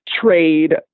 trade